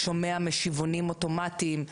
שומע משיבונים אוטומטיים,